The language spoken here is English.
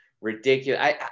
ridiculous